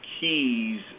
keys